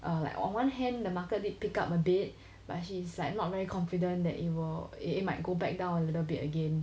err like on one hand the market did pick up a bit but she is like not very confident that it will it might go back down a little bit again